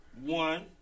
one